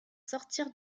sortir